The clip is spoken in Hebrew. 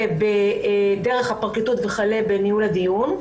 דרך הפרקליטות וכלה בניהול הדיון.